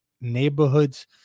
neighborhoods